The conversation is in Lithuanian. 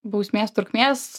bausmės trukmės